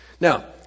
Now